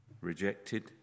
rejected